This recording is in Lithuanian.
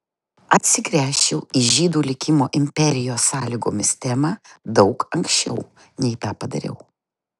atsigręžčiau į žydų likimo imperijos sąlygomis temą daug anksčiau nei tą padariau